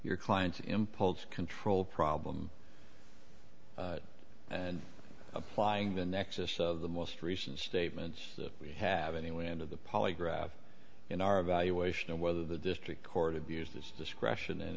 your client's impulse control problem and applying the nexus of the most recent statements that we have any way into the polygraph in our evaluation of whether the district court abused his discretion in